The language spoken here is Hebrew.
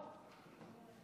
"עצור",